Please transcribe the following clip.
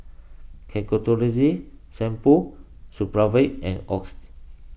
Ketoconazole Shampoo Supravit and Oxy